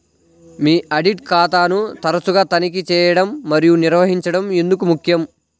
మీ audit ఖాతాను తరచుగా తనిఖీ చేయడం మరియు నిర్వహించడం ఎందుకు ముఖ్యం?